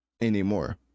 anymore